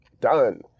done